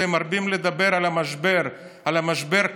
אתם מרבים לדבר על המשבר, על משבר הקורונה,